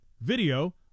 video